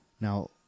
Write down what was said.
Now